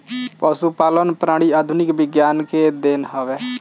पशुपालन प्रणाली आधुनिक विज्ञान के देन हवे